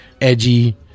edgy